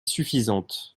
suffisante